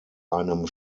einem